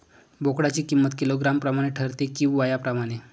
बोकडाची किंमत किलोग्रॅम प्रमाणे ठरते कि वयाप्रमाणे?